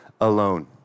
alone